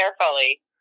carefully